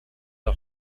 the